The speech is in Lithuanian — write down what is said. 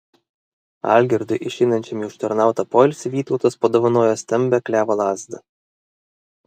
algirdui išeinančiam į užtarnautą poilsį vytautas padovanojo stambią klevo lazdą